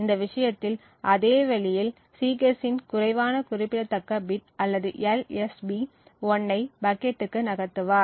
இந்த விஷயத்தில் அதே வழியில் Cguess இன் குறைவான குறிப்பிடத்தக்க பிட் அல்லது LSB 1 ஐ பக்கெட்டுக்கு நகர்த்துவார்